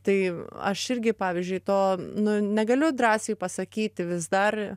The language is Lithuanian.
tai aš irgi pavyzdžiui to nu negaliu drąsiai pasakyti vis dar